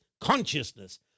consciousness